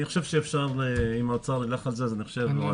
חושב שאפשר אם האוצר ילך על זה או אנחנו,